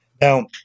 Now